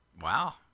Wow